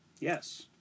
Yes